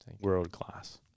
world-class